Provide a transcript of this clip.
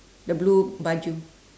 the blue baju